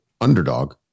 Underdog